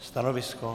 Stanovisko?